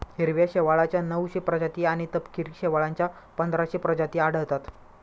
हिरव्या शेवाळाच्या नऊशे प्रजाती आणि तपकिरी शेवाळाच्या पंधराशे प्रजाती आढळतात